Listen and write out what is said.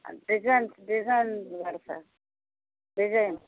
design design కూడా sir design